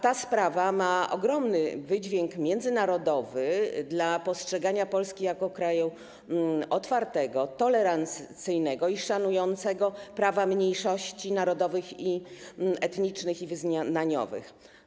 Ta sprawa ma ogromny wydźwięk międzynarodowy dla postrzegania Polski jako kraju otwartego, tolerancyjnego i szanującego prawa mniejszości narodowych i etnicznych, mniejszości wyznaniowych.